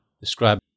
describe